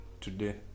today